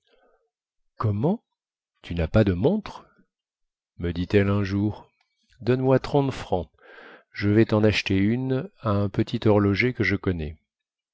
comment tu nas pas de montre me dit-elle un jour donne-moi trente francs je vais ten acheter une à un petit horloger que je connais